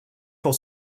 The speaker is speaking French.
pour